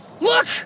Look